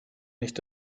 nicht